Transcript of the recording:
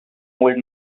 old